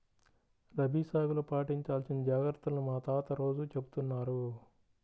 రబీ సాగులో పాటించాల్సిన జాగర్తలను మా తాత రోజూ చెబుతున్నారు